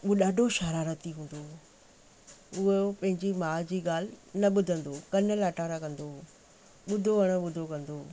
उहो ॾाढो शरारती हूंदो हुओ उहो पंहिंजी माउ जी ॻाल्हि न ॿुधंदो हुओ कनि नटारा कंदो हुओ ॿुधो अणॿुधो कंदो हुओ